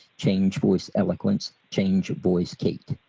change voice eloquence, change voice kate,